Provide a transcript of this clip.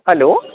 hello